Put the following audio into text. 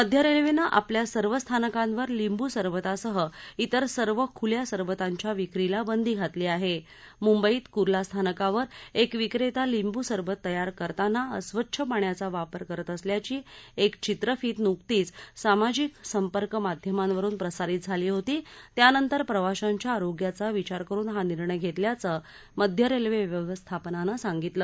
मध्य रव्वित्त आपल्या सर्व स्थानकांवर लिंबू सरबतासह तिर सर्व खुल्या सरबतांच्या विक्रीला बंदी घातली आह मुंबईत कुर्ला स्थानकावर एक विक्रिती लिंबू सरबत तयार करताना अस्वच्छ पाण्याचा वापर करत असल्याची एक चित्रफीत नुकतीच सामाजिक संपर्क माध्यमावरून प्रसारित झाली होती त्यानंतर प्रवाशांच्या आरोग्याचा विचार करुन हा निर्णय घतित्याचं मध्य रव्वविवस्थापनानं सांगितलं